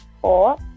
four